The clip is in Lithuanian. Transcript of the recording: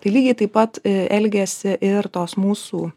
tai lygiai taip pat elgiasi ir tos mūsų